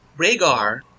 Rhaegar